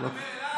אתה מדבר אליי?